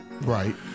Right